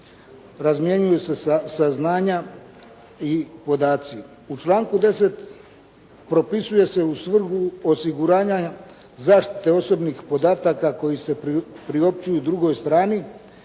razmjenjuju se saznanja i podaci. U članku 10. propisuje se u svrhu osiguranja zaštite osobnih podataka koji se priopćuju drugoj strani,